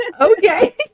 Okay